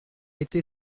été